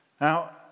Now